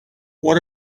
what